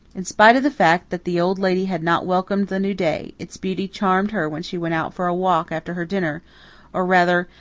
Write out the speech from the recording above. in spite of the fact that the old lady had not welcomed the new day, its beauty charmed her when she went out for a walk after her dinner or, rather,